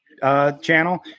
Channel